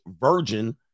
virgin